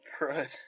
right